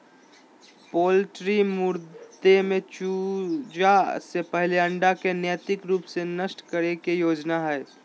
poultry मुद्दे में चूजा से पहले अंडा के नैतिक रूप से नष्ट करे के योजना हइ